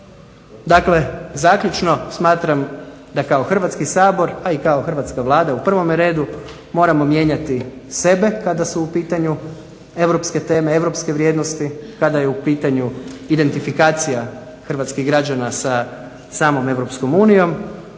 Dakle, zaključno smatram da kao Hrvatski sabor, a i kao Hrvatska vlada u prvome redu, moramo mijenjati sebe kada su u pitanju europske teme, europske vrijednosti, kada je u pitanju identifikacija hrvatskih građana sa samom EU, a kada to